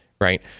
right